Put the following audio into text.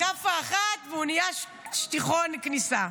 כאפה אחת והוא נהיה שטיחון כניסה.